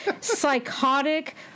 psychotic